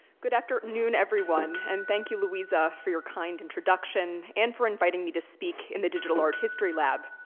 good afternoon everyone and thank you, louisa, for your kind introduction and for inviting me to speak in the digital art history lab.